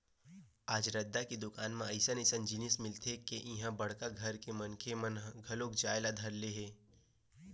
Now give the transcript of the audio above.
आज रद्दा के दुकान म अइसन अइसन जिनिस मिलथे के इहां बड़का घर के मनखे मन घलो जाए ल धर ले हे